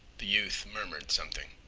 the youth murmured something.